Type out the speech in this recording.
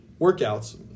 workouts